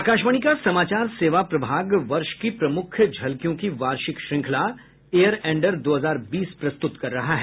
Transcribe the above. आकाशवाणी का समाचार सेवा प्रभाग वर्ष की प्रमुख झलकियों की वार्षिक श्रृंखला ईयर एंडर दो हजार बीस प्रस्तुत कर रहा है